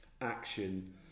action